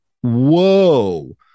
Whoa